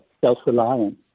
self-reliance